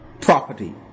property